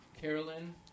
Carolyn